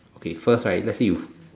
okay first right let's say you